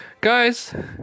guys